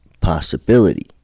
possibility